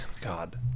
God